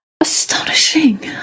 Astonishing